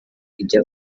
ijya